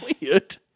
weird